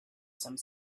some